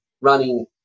running